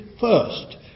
first